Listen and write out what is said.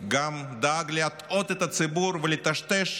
גם דאג להטעות את הציבור ולטשטש